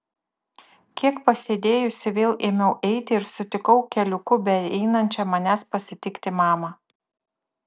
kiek pasėdėjusi vėl ėmiau eiti ir sutikau keliuku beeinančią manęs pasitikti mamą